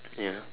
ya